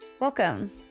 Welcome